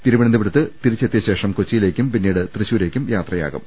തിരുവനന്തപുരത്ത് തിരിച്ചെത്തിയശേഷം കൊച്ചി യിലേക്കും പിന്നീട് തൃശൂരേക്കും യാത്രയാവും